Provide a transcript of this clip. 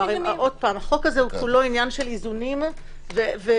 החוק הזה כולו ענין של איזונים ודיוקים.